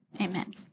Amen